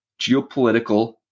geopolitical